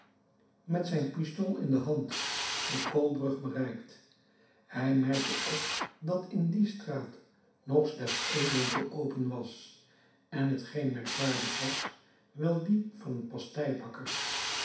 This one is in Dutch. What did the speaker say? met zijn pistool in de hand de koolbrug bereikt hij merkte op dat in die straat nog slechts één winkel open was en t geen merkwaardig was wel die van een